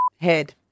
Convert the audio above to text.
head